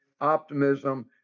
optimism